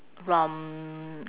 from